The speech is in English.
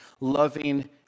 loving